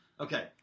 Okay